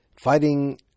fighting